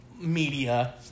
media